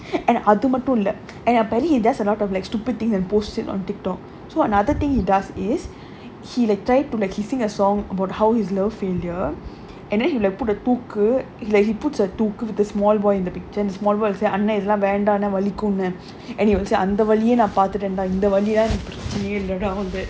and அதுமட்டும் இல்ல:athumattum illa there's a lot of like stupid things and posted on TikTok so another thing he does is he like try to like kissing a song about how his low failure and then he put it தூக்கு:thooku he like puts a தூக்கு:thooku with a small boy in the picture the small boy will say அண்ண இதெல்லாம் வேண்டானே வலிக்குனே:anna ithellaam vendaanae valikkunae and he will say அந்த வலியே நா பாத்துட்டேண்டா இந்த வலியெல்லாம் எனக்கு பிரச்சனையே இல்லடா:antha valiyae naa paathutaenda intha valiyellaam enakku pirachanaiyae illadaa